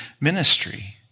ministry